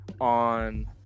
on